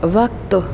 वक़्ति